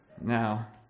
Now